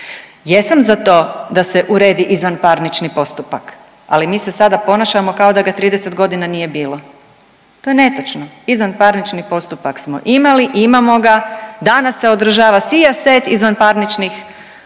Jesam za to da se uredi izvanparnični postupak, ali mi se sada ponašamo kao da ga 30.g. nije bilo, to je netočno, izvanparnični postupak smo imali i imamo ga, danas se održava sijaset izvanparničnih ročišta,